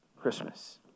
Christmas